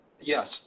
yes